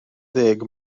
ddeg